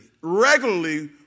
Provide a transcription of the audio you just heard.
regularly